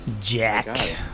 Jack